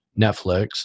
Netflix